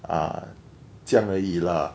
ah 这样而已 lah